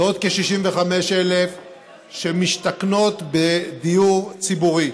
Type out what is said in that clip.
ועוד כ-65,000 שמשתכנות בדיור ציבורי.